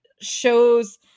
shows